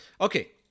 Okay